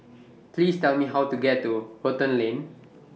Please Tell Me How to get to Rotan Lane